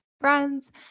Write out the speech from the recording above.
friends